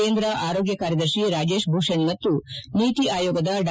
ಕೇಂದ್ರ ಆರೋಗ್ಲ ಕಾರ್ಯದರ್ಶಿ ರಾಜೇಶ್ ಭೂಷಣ್ ಮತ್ತು ನೀತಿ ಆಯೋಗದ ಡಾ